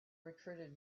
recruited